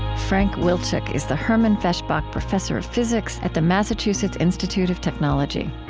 frank wilczek is the herman feshbach professor of physics at the massachusetts institute of technology.